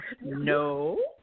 No